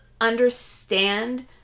understand